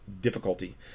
difficulty